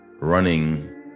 running